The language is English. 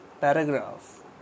paragraph